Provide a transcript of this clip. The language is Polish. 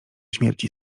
śmierci